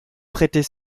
prêter